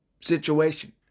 Situation